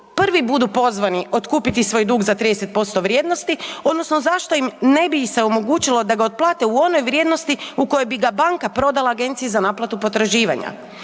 prvi budu pozvani otkupiti svoj dug za 30% vrijednosti odnosno zašto im se omogućilo da ga otplate u onoj vrijednosti u kojoj bi ga banka prodala agenciji za naplatu potraživanja?